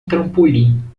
trampolim